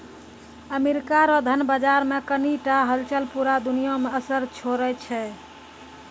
America रो धन बाजार मे कनी टा हलचल पूरा दुनिया मे असर छोड़ै छै